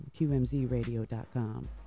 QMZRadio.com